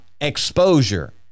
exposure